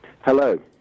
Hello